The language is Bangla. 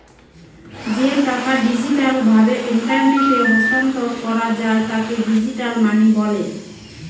যে টাকা ডিজিটাল ভাবে ইন্টারনেটে স্থানান্তর করা যায় তাকে ডিজিটাল মানি বলে